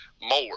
more